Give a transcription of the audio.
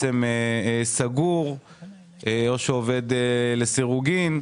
שהוא סגור או עובד לסירוגין,